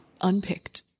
unpicked